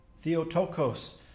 Theotokos